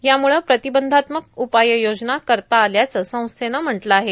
यामुळं प्रतिबंधात्मक उपायोजना करता आल्याचं संस्थेनं म्हटलं आहे